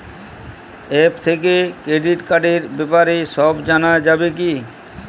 App থেকে credit কার্ডর ব্যাপারে সব জানা যাবে কি?